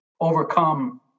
overcome